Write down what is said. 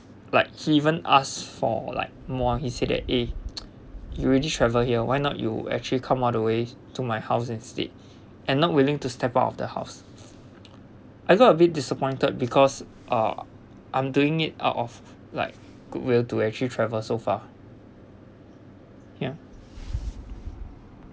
like he even ask for like more he said that eh you ready travel here why not you actually come all the way to my house instead and not willing to step out of the house I got a bit disappointed because ah I'm doing it out of like goodwill to actually travel so far ya